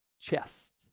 chest